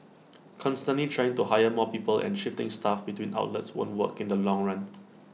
constantly trying to hire more people and shifting staff between outlets won't work in the long run